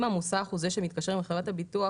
אם המוסך הוא זה שמתקשר עם חברת הביטוח,